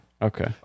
Okay